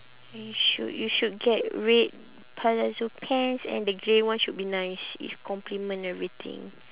you should you should get red palazzo pants and the grey one should be nice if complement everything